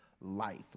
life